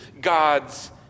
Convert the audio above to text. God's